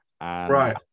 Right